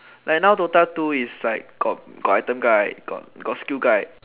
like now DOTA two is like got item guide right got skill guide right